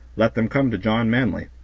let them come to john manly.